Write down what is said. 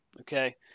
Okay